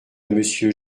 monsieur